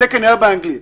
התקן היה באנגלית,